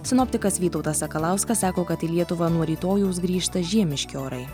sinoptikas vytautas sakalauskas sako kad į lietuvą nuo rytojaus grįžta žiemiški orai